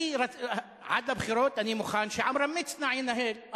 עד הבחירות אני מוכן שעמרם מצנע ינהל.